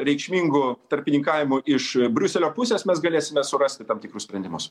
reikšmingu tarpininkavimu iš briuselio pusės mes galėsime surasti tam tikrus sprendimus